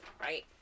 Right